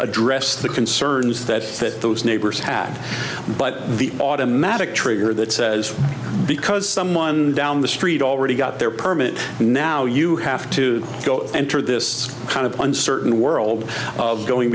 address the concerns that those neighbors have but the automatic trigger that says because someone down the street already got their permit now you have to go and through this kind of uncertain world going